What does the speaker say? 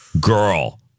Girl